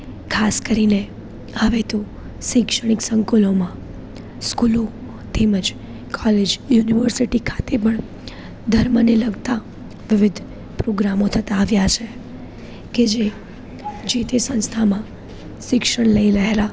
ખાસ કરીને હવે તો શૈક્ષણિક સંકુલોમાં સ્કૂલો તેમજ કોલેજ યુનિવર્સિટી ખાતે પણ ધર્મને લગતા વિવિધ પ્રોગ્રામો થતા આવ્યા છે કે જે જે તે સંસ્થામાં શિક્ષણ લઈ રહેલા